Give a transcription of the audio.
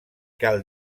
cal